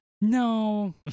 No